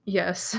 yes